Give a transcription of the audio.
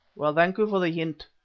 well, thank you for the hint.